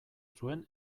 zuen